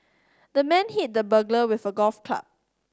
the man hit the burglar with a golf club